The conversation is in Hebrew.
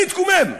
אני אתקומם.